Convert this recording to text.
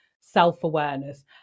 self-awareness